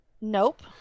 Nope